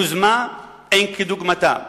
יוזמה אין כדוגמתה.